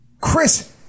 Chris